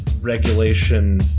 regulation